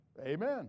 Amen